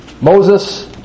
Moses